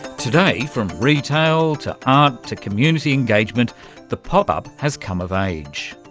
today, from retail to art to community engagement the pop-up has come of age.